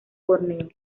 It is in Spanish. borneo